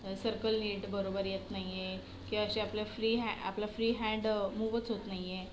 circle नीट बरोबर येत नाही आहे की असे आपल्या फ्री हॅन्ड आपला फ्री हॅन्ड मूवच होत नाही आहे